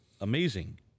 amazing